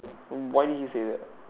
why do you say that